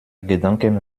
gedanken